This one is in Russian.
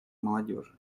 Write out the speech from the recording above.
молодежи